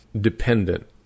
dependent